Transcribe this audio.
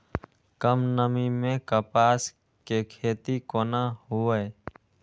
कम नमी मैं कपास के खेती कोना हुऐ?